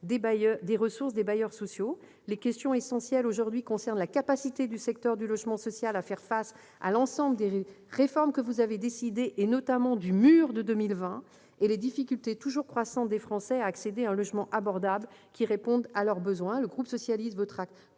de ressources des bailleurs sociaux. Les questions essentielles aujourd'hui concernent la capacité du secteur du logement social à faire face à l'ensemble des réformes que vous avez décidées, et notamment au « mur » de 2020, et les difficultés toujours croissantes des Français à accéder à un logement « abordable » qui réponde à leurs besoins. Le groupe socialiste votera